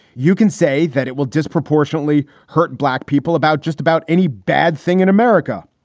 you can say that it will disproportionately hurt black people about just about any bad thing in america.